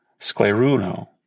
Scleruno